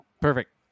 Perfect